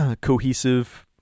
cohesive